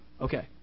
Okay